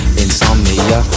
insomnia